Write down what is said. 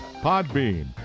Podbean